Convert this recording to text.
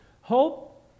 Hope